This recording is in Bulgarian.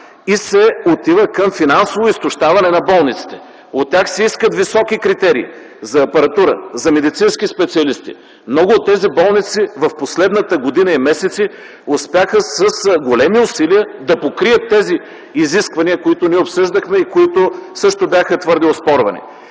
и се отива към финансово изтощаване на болниците. От тях се искат високи критерии за апаратура, за медицински специалисти. Много от тези болници в последната година и месеци успяха с големи усилия да покрият тези изисквания, които обсъждахме и които също бяха твърде оспорвани.